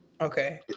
Okay